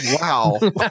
wow